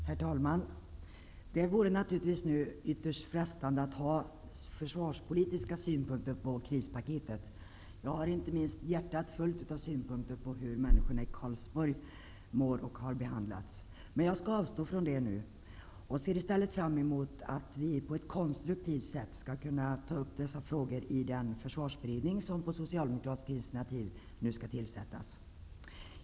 Herr talman! Det vore naturligtvis nu ytterst frestande att ha försvarspolitiska synpunkter på krispaketet. Jag har inte minst hjärtat fullt av synpunkter på hur människorna i Karlsborg mår och hur de har behandlats. Men jag skall avstå från det nu. Jag ser i stället fram mot att vi på ett konstruktivt sätt skall kunna ta upp dessa frågor i den försvarsberedning som på socialdemokratiskt initiativ nu skall tillsättas.